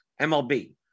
MLB